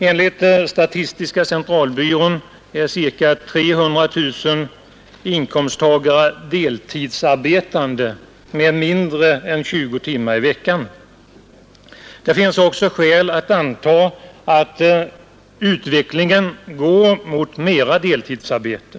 Enligt statistiska centralbyrån är ca 300 000 inkomsttagare deltidsarbetande med mindre än 20 timmar i veckan. Det finns också skäl att anta att utvecklingen går i riktning mot mera deltidsarbete.